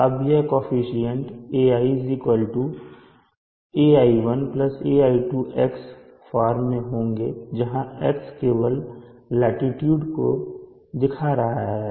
अब यह coefficient Ai ai1 ai2 x form में होंगे जहां x केवल लाटीट्यूड को दिखा रहा है